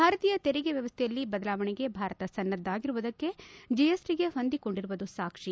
ಭಾರತೀಯ ತೆರಿಗೆ ವ್ಯವಸ್ಥೆಯಲ್ಲಿ ಬದಲಾವಣೆಗೆ ಭಾರತ ಸನ್ನದ್ದರಾಗಿರುವುದಕ್ಕೆ ಜಿಎಸ್ಟಗೆ ಹೊಂದಿಕೊಂಡುವುದು ಸಾಕ್ಷಿ